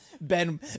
Ben